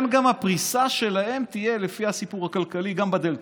הפריסה שלהם תהיה, לפי הסיפור הכלכלי, גם בדלתות.